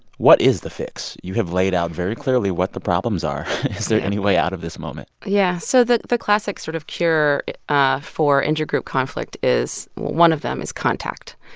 what is the fix? you have laid out very clearly what the problems are. is there any way out of this moment? yeah. so the the classic sort of cure ah for intergroup conflict is one of them is contact.